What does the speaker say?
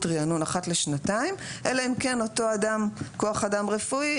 ריענון אחת לשנתיים אלא אם כן אותו כוח אדם רפואי,